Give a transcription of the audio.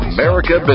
America